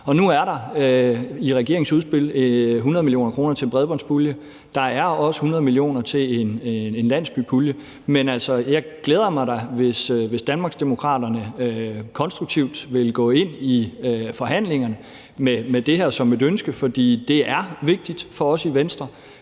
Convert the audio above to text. og nu er der i regeringens udspil afsat 100 mio. kr. til en bredbåndspulje. Der er også 100 mio. kr. til en landsbypulje, men det glæder mig da, hvis Danmarksdemokraterne vil gå konstruktivt ind i forhandlingen med det her som et ønske. For det er vigtigt for os i Venstre,